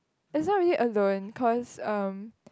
it's not really alone cause um